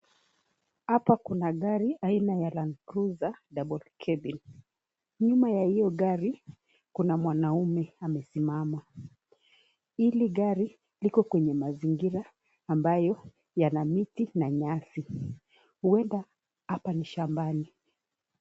Hapa kuna gari aina ya land cruiser double cabin nyuma ya hio gari kuna mwanaume amesimama. Hili gari liko kwenye mazingira ambayo yana miti na nyasi huenda hapa ni shambani.